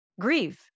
grieve